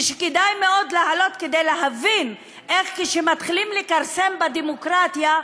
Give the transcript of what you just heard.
ושכדאי מאוד להעלות כדי להבין איך כשמתחילים לכרסם בדמוקרטיה,